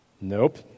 Nope